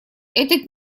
этот